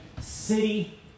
city